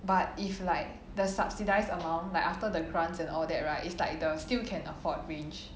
but if like the subsidised amount like after the grants and all that right it's like the still can afford range